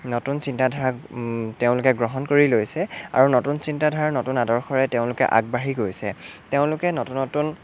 নতুন চিন্তাধাৰাক তেওঁলোকে গ্ৰহণ কৰি লৈছে আৰু নতুন চিন্তাধাৰাৰ নতুন আদৰ্শৰে তেওঁলোকে আগবাঢ়ি গৈছে তেওঁলোকে নতুন নতুন